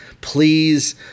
please